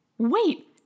Wait